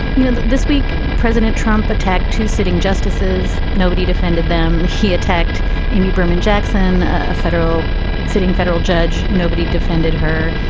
you know, this week president trump attacked two sitting justices. nobody defended them. he attacked amy berman jackson, a federal sitting federal judge nobody defended her.